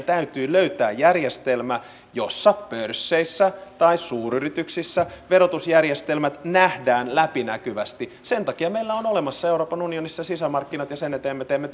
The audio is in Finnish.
täytyy löytää järjestelmä jossa pörsseissä tai suuryrityksissä verotusjärjestelmät nähdään läpinäkyvästi sen takia meillä on olemassa euroopan unionissa sisämarkkinat ja sen eteen me teemme